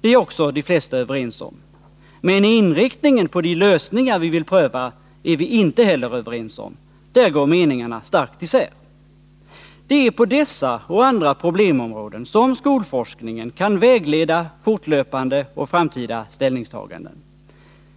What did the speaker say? Det är också de flesta överens om. Men inriktningen av de lösningar vi vill pröva är vi inte överens om — här går meningarna starkt isär. Det är på dessa och andra problemområden som skolforskningen kan vägleda fortlöpande och framtida ställningstaganden.